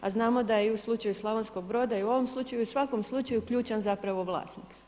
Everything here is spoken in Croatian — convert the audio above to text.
A znamo da je i u slučaju Slavonskog Broda i u ovom slučaju i svakom slučaju ključan zapravo vlasnik.